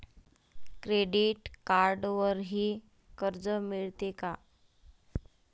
Credit कार्डवरही कर्ज मिळते का?